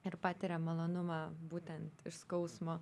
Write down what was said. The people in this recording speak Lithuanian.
ir patiria malonumą būtent iš skausmo